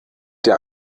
der